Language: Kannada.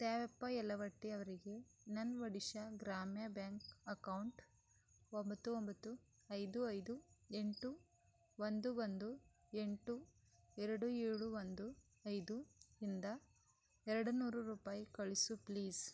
ದ್ಯಾವಪ್ಪ ಯಲವಟ್ಟಿ ಅವರಿಗೆ ನನ್ನ ಒಡಿಶಾ ಗ್ರಾಮ್ಯ ಬ್ಯಾಂಕ್ ಅಕೌಂಟ್ ಒಂಬತ್ತು ಒಂಬತ್ತು ಐದು ಐದು ಎಂಟು ಒಂದು ಒಂದು ಎಂಟು ಎರಡು ಏಳು ಒಂದು ಐದು ಇಂದ ಎರಡು ನೂರು ರೂಪಾಯಿ ಕಳಿಸು ಪ್ಲೀಸ್